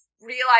realize